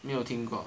没有听过